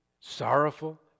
sorrowful